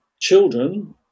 children